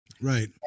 Right